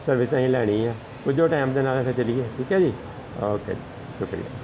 service ਅਸੀਂ ਲੈਣੀ ਆ ਪੁੱਜੋਂ ਟਾਈਮ ਦੇ ਨਾਲ ਫਿਰ ਚਲੀਏ ਠੀਕ ਹੈ ਜੀ ਓਕੇ ਜੀ ਸ਼ੁਕਰੀਆ